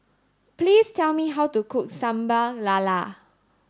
please tell me how to cook Sambal Lala